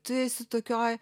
tu esi tokioj